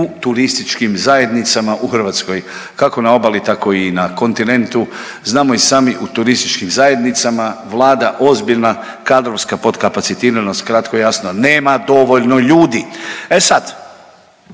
u turističkim zajednicama u Hrvatskoj, kako na obali, tako i na kontinentu, znamo i sami, u turističkim zajednicama vlada ozbiljna kadrovska podkapacitiranost, kratko i jasno, nema dovoljno ljudi. E sad,